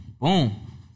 boom